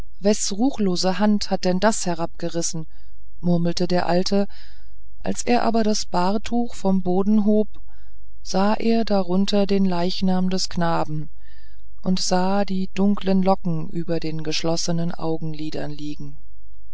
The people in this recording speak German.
ruchlose hand hat denn das herabgerissen murmelte der alte als er aber das bahrtuch vom boden hob sah er darunter den leichnam des knaben und sah die dunkeln locken über den geschlossenen augenlidern liegen